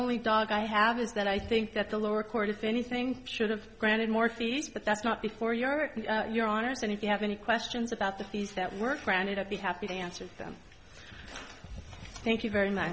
only dog i have is that i think that the lower court if anything should have granted more fees but that's not before your your honour's and if you have any questions about the fees that work granted i be happy to answer them thank you very much